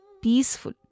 peaceful